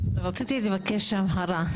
רציתי לבקש הבהרה.